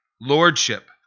lordship